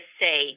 say